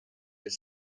its